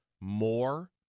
more